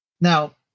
Now